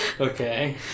Okay